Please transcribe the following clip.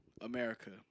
America